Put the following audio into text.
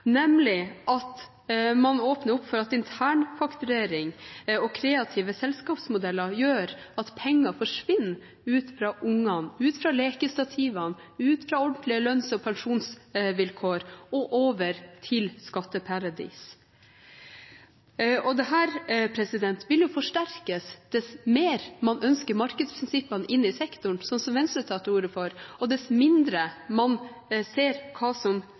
at man åpner opp for at internfakturering og kreative selskapsmodeller gjør at penger forsvinner ut fra ungene, ut fra lekestativene, ut fra ordentlige lønns- og pensjonsvilkår og over til skatteparadis. Dette vil jo forsterkes dess mer man ønsker markedsprinsippene inn i sektoren, sånn som Venstre tar til orde for, og dess mindre man ser hva som